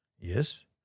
Yes